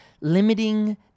limiting